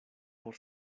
por